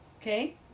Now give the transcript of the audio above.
Okay